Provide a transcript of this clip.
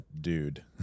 dude